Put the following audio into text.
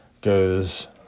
goes